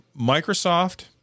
Microsoft